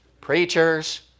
preachers